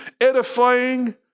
edifying